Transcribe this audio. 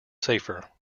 safer